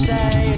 Say